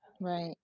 Right